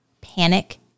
panic